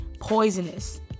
poisonous